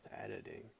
editing